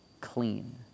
clean